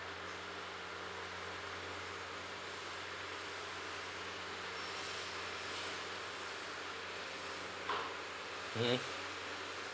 mm